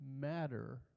matter